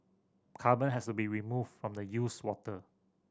carbon has to be removed from the used water